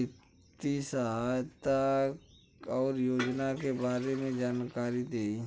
वित्तीय सहायता और योजना के बारे में जानकारी देही?